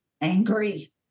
angry